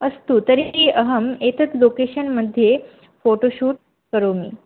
अस्तु तर्हि अहम् एतत् लोकेशन् मध्ये फ़ोटो शूट् करोमि